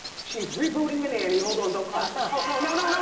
she's rebooting the nanny. hold on, don't clap. no, no,